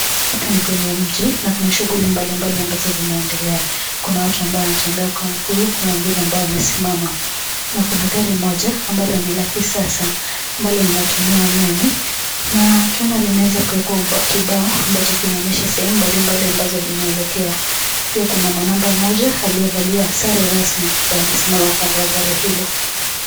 Hapa ni kwenye mji, na kuna shughuli mbalimbali ambazo zinaendelea. Kuna watu ambao wanatembea kwa mguu, kuna wengine ambao wamesimama. Na kuna gari moja ambalo ni la kisasa, ambalo linatumia umeme. Na tunaona limeweza kuwekwa kibao ambacho kinaonyesha sehemu mbalimbali ambazo inaelekea. Pia kuna manamba mmoja, aliyevalia sare rasmi ambaye amesimama kando ya gari hilo.